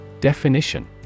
Definition